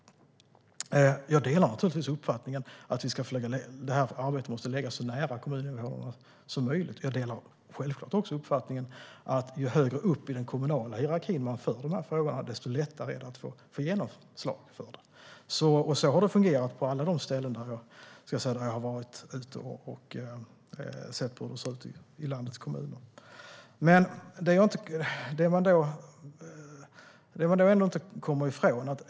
Jag delar naturligtvis uppfattningen att detta arbete måste läggas så nära kommuninvånarna som möjligt. Jag delar självklart också uppfattningen att ju högre upp i den kommunala hierarkin man för frågorna, desto lättare är det att få genomslag för dem. Så har det fungerat på alla ställen när jag har varit ute och sett hur det ser ut i landets kommuner. En sak kommer man ändå inte ifrån.